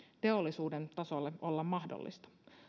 teollisuuden tasolle olla mahdollista